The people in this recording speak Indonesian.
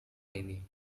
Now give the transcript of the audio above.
ini